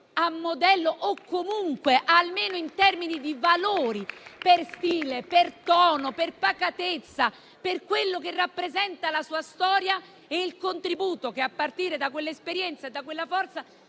a modello almeno in termini di valori, per stile, tono, pacatezza e per quello che rappresentano la sua storia e il contributo che, a partire da quell'esperienza e da quella forza,